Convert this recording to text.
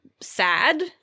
sad